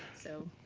so,